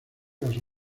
las